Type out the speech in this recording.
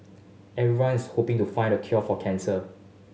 everyone is hoping to find the cure for cancer